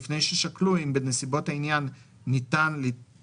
לפני ששקלו אם בנסיבות העניין ניתן